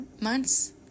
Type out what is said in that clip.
months